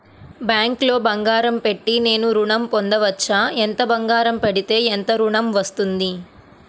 బ్యాంక్లో బంగారం పెట్టి నేను ఋణం పొందవచ్చా? ఎంత బంగారం పెడితే ఎంత ఋణం వస్తుంది?